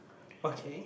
okay